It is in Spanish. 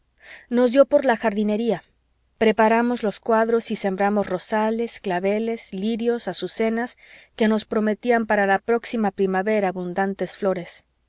nos dio por la jardinería preparamos los cuadros y sembramos rosales claveles lirios azucenas que nos prometían para la próxima primavera abundantes flores